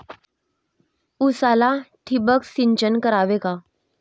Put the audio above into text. उसाला ठिबक सिंचन करावे का?